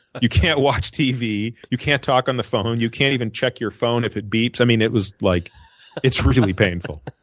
you can't watch tv. you can't talk on the phone. you can't even check your phone if it beeps. i mean, it was like really painful.